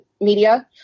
media